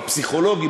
הפסיכולוגיים,